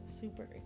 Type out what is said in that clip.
super